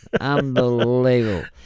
Unbelievable